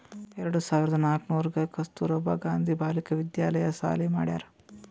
ಎರಡು ಸಾವಿರ್ದ ನಾಕೂರ್ನಾಗ್ ಕಸ್ತೂರ್ಬಾ ಗಾಂಧಿ ಬಾಲಿಕಾ ವಿದ್ಯಾಲಯ ಸಾಲಿ ಮಾಡ್ಯಾರ್